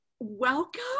Welcome